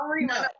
no